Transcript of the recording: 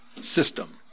system